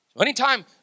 Anytime